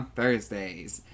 Thursdays